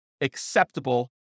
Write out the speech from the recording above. acceptable